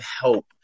help